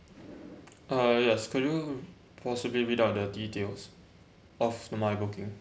uh yes can you possibly read out the details of my booking